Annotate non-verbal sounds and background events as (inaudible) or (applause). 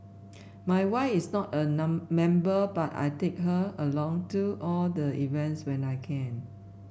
my wife is not a (unintelligible) member but I take her along to all the events when I can